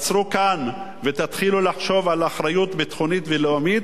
עצרו כאן ותתחילו לחשוב על אחריות ביטחונית ולאומית